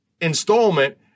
installment